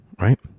right